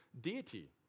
deity